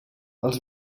els